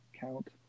count